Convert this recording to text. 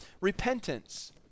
repentance